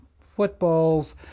football's